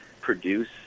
produce